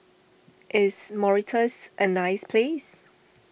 is Mauritius a nice place